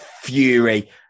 fury